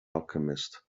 alchemist